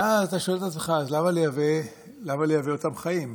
ואז אתה שואל את עצמך: אז למה לייבא אותם חיים?